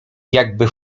jakby